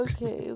Okay